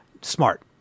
smart